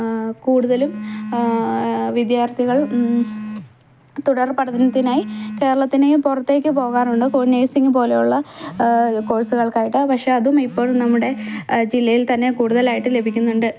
കൂടുതലും വിദ്യാർത്ഥികൾ തുടർ പഠനത്തിന് ആയി കേരളത്തിനെയും പുറത്തേയ്ക്ക് പോകാറുള്ള നഴ്സിംഗ് പോലെ ഉള്ള കോഴ്സ്കൾക്ക് ആയിട്ട് പക്ഷേ അതും ഇപ്പോൾ നമ്മുടെ ജില്ലയിൽ തന്നെ കൂടുതലായിട്ട് ലഭിക്കുന്നുണ്ട്